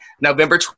November